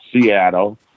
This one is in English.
Seattle